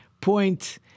point